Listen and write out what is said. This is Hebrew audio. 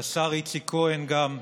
לשר איציק כהן גם,